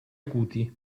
acuti